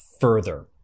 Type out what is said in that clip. further